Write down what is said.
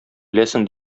беләсең